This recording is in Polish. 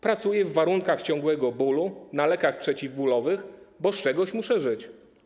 Pracuję w warunkach ciągłego bólu, na lekach przeciwbólowych, bo z czegoś muszę żyć.